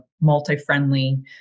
multi-friendly